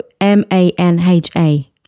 M-A-N-H-A